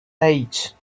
eight